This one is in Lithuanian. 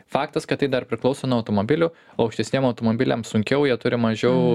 faktas kad tai dar priklauso nuo automobilių aukštis tiems automobiliam sunkiau jie turi mažiau